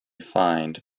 fined